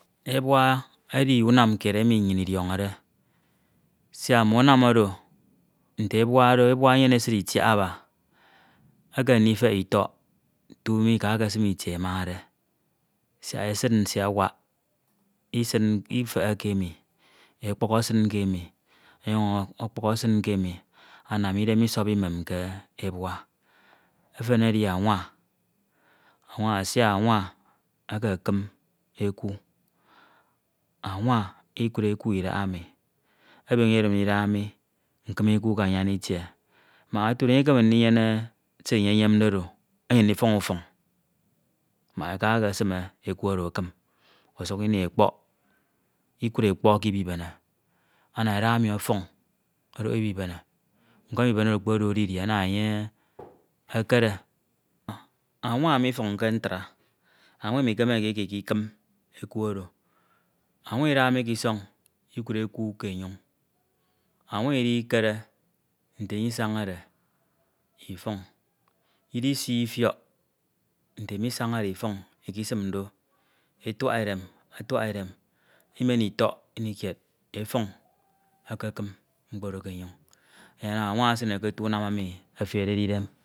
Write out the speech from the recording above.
Ebua edi unam kied emi nnyin idiọnọde siak mme unam oro, nte ebua do ebua enyene esid etiaba ekeme ndifehe itọk tu mi ka kesim itie emade siak esid nsie awak. Isin ke emi ekpukhọ esin ke emi enyuñ ọkpukhọ esin ke emi anam idem isọpke emem ebua. Efen edi anwa, anwa siak anwa ekekim eku. Anwa ikud eku idahaemi ebene idem ndida. mi nkim eku k'anyan itie mak otudo enyek ekeme ndiyene se enye enyemde oro, eyem ndi fuñ fuñ mak aka ekesime eku oro ekim usuk ini ekpọk, ikud ekpọk ke ibibene ana eda mi ọfuñ odok ibibene. Nkọm ibibene oro okponioñ didie ana enye ekene. Anwa mifunke ntra, anwa imikemeke ika ika ikekim eku oro. Anwa ida mi k'isọñ ikud eku ke enyoñ, anwa idikere nte enye isañade ifuñ. Idisi ifiọk nte emo isañade ifuñ ikesim do, etua edem, atuak edem idimen itọk inikied ọfuñ ekekim mkpo oro ke enyoñ enye anam anwa asaña ke otu unam emi eferede idem